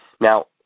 Now